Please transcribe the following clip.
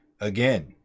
Again